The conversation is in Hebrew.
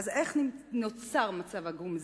איך נוצר מצב עגום זה?